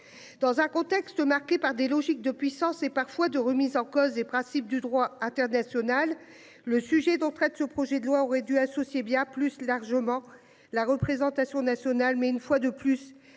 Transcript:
Dans un contexte marqué par des logiques de puissance et parfois de remise en cause des principes du droit international. Le sujet dont traite ce projet de loi aurait dû associer bien plus largement la représentation nationale mais une fois de plus,